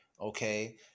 okay